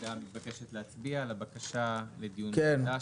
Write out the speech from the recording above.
הוועדה מבקשת להצביע על הבקשה לדיון מחודש